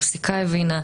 הפסיקה הבינה,